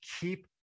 keep